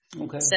Okay